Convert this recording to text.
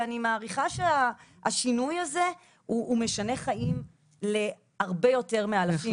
ואני מעריכה שהשינוי הזה הוא משנה חיים על הרבה יותר מאלפים.